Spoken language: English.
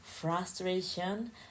frustration